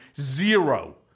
zero